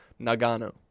Nagano